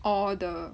all the